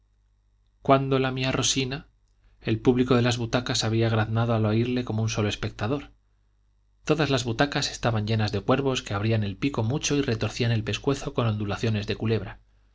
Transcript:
quando la mia rosina el público de las butacas había graznado al oírle como un solo espectador todas las butacas estaban llenas de cuervos que abrían el pico mucho y retorcían el pescuezo con ondulaciones de culebra